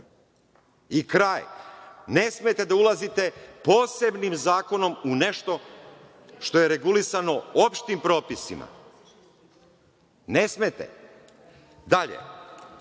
i kraj. Ne smete da ulazite posebnim zakonom u nešto što je regulisano opštim propisima, ne smete. Dalje.